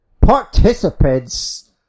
participants